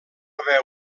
haver